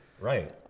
Right